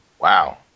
Wow